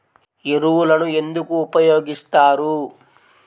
ఎరువులను ఎందుకు ఉపయోగిస్తారు?